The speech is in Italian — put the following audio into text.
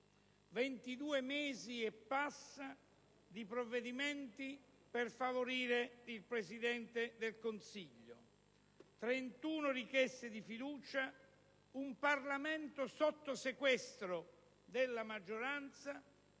22 mesi di provvedimenti per favorire il Presidente del Consiglio, 31 richieste di fiducia, un Parlamento sotto sequestro della maggioranza,